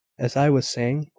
as i was saying,